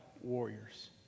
warriors